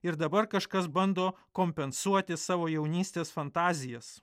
ir dabar kažkas bando kompensuoti savo jaunystės fantazijas